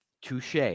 touche